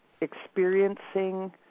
experiencing